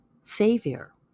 Savior